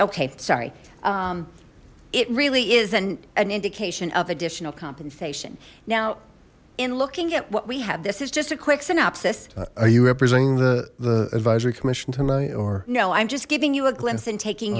okay sorry it really is an an indication of additional compensation now in looking at what we have this is just a quick synopsis are you representing the the advisory commission tonight or no i'm just giving you a glimpse and taking